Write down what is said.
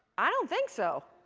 i don't think so!